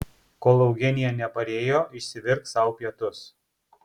kol eugenija neparėjo išsivirk sau pietus